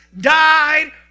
died